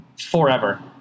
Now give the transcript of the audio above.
forever